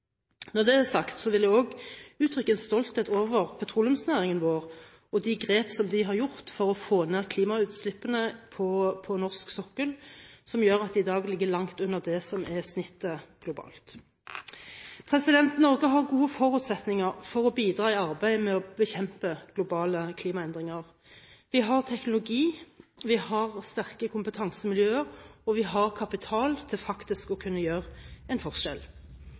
Når det er sagt, vil jeg også uttrykke stolthet over petroleumsnæringen vår og de grep som den har gjort for å få ned klimagassutslippene på norsk sokkel, som gjør at de i dag ligger langt under det som er snittet globalt. Norge har gode forutsetninger for å bidra i arbeidet med å bekjempe globale klimaendringer. Vi har teknologi, vi har sterke kompetansemiljøer, og vi har kapital til faktisk å kunne gjøre en forskjell.